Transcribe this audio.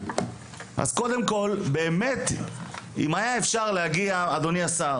קודם כול, אם היה אפשר להגיע אדוני השר